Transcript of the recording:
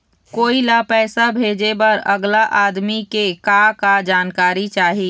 कोई ला पैसा भेजे बर अगला आदमी के का का जानकारी चाही?